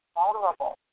vulnerable